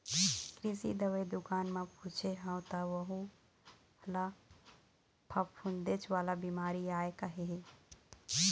कृषि दवई दुकान म पूछे हव त वहूँ ल फफूंदेच वाला बिमारी आय कहे हे